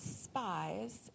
spies